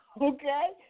okay